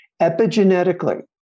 Epigenetically